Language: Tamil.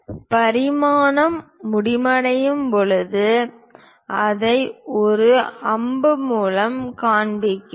பரிமாணம் முடிவடையும் போது அதை ஒரு அம்பு மூலம் காண்பிப்போம்